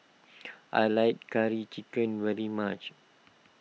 I like Curry Chicken very much